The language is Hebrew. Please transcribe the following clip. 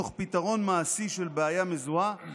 תוך פתרון מעשי של בעיה מזוהה,